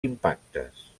impactes